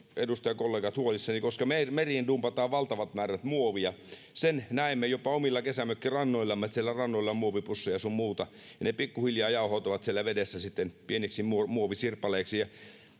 edustajakollegat huolissani koska meriin dumpataan valtavat määrät muovia sen näemme jopa omilla kesämökkirannoillamme siellä rannoilla on muovipusseja sun muuta ja ne pikkuhiljaa jauhautuvat siellä vedessä sitten pieniksi muovisirpaleiksi ja